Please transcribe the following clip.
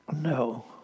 no